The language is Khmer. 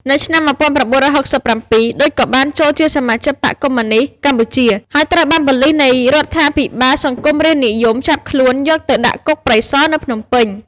នៅឆ្នាំ១៩៦៧ ឌុច ក៏បានចូលជាសមាជិកបក្សកុម្មុយនីស្តកម្ពុជាហើយត្រូវបានប៉ូលិសនៃរដ្ឋាភិបាលសង្គមរាស្រ្តនិយមចាប់ខ្លួន យកទៅដាក់គុកព្រៃស នៅភ្នំពេញ។